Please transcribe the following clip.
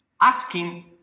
asking